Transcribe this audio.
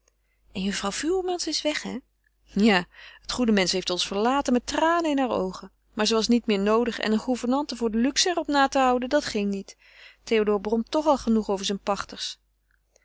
en juffrouw voermans is weg hé ja het goede mensch heeft ons verlaten met tranen in haar oogen maar ze was niet meer noodig en een gouvernante voor de luxe er op na te houden dat ging niet théodore bromt toch al genoeg over zijn pachters